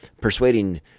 persuading